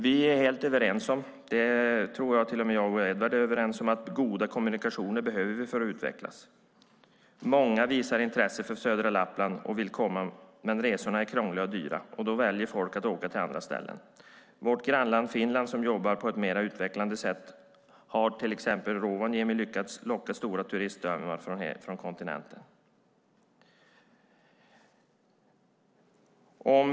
Jag tror att till och med jag och Edward är överens om att vi behöver goda kommunikationer för att utvecklas. Många visar intresse för södra Lappland och vill komma dit, men resorna är krångliga och dyra. Därför väljer folk att åka till andra ställen. Vårt grannland Finland, som jobbar på ett mer utvecklande sätt, har till exempel lyckats locka stora turistströmmar från kontinenten till Rovaniemi.